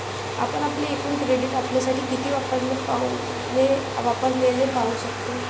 आपण आपले एकूण क्रेडिट आपल्यासाठी किती वापरलेले पाहू शकते